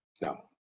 No